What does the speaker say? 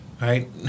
Right